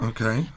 Okay